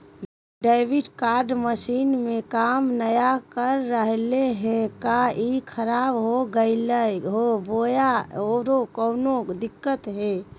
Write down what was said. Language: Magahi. डेबिट कार्ड मसीन में काम नाय कर रहले है, का ई खराब हो गेलै है बोया औरों कोनो दिक्कत है?